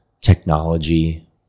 technology